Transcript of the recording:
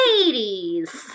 ladies